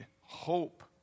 hope